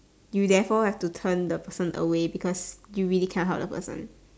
you therefore have to turn the person away because you really cannot help the person